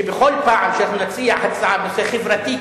שבכל פעם שאנחנו נציע הצעה בנושא חברתי,